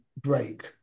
break